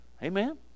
Amen